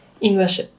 English